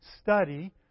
study